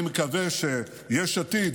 אני מקווה שיש עתיד,